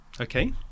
Okay